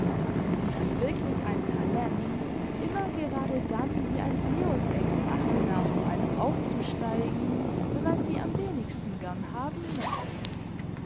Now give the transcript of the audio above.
sie hat wirklich ein talent immer gerade dann wie ein deus ex machina vor einem aufzusteigen wenn man sie am wenigsten gern haben möchte